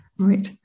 Right